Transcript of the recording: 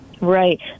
Right